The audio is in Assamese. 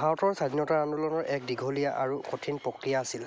ভাৰতৰ স্বাধীনতাৰ আন্দোলনৰ এক দীঘলীয়া আৰু কঠিন প্ৰক্ৰিয়া আছিল